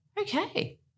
Okay